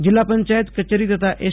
જિલ્લા પંચાયત કચેરી તથા એસ